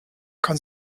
kann